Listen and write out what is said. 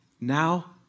now